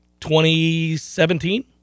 2017